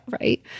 right